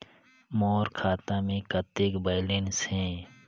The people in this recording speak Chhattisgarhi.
मोर खाता मे कतेक बैलेंस हे?